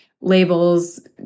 labels